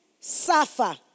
suffer